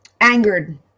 Angered